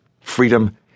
freedom